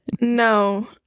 No